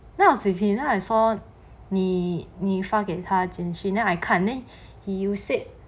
then I was with him then I saw 你你发给他简述 then I 看 then he you said